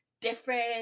different